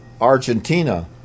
Argentina